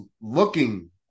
looking